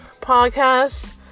podcast